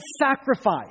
sacrifice